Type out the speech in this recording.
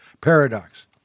paradox